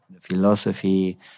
philosophy